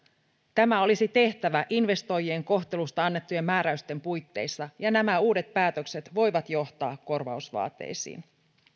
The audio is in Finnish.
tämä olisi tehtävä investoijien kohtelusta annettujen määräysten puitteissa ja nämä uudet päätökset voivat johtaa korvausvaateisiin